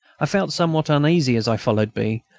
i felt somewhat uneasy as i followed b,